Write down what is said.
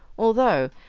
although,